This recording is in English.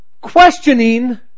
questioning